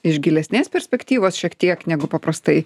iš gilesnės perspektyvos šiek tiek negu paprastai